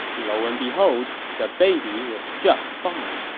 lo and behold, the baby was just fine.